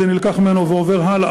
זה נלקח ממנו ועובר הלאה,